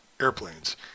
airplanes